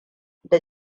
da